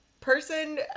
person